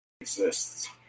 exists